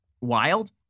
wild